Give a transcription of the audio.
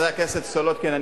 חברת הכנסת סולודקין,